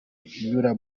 inyura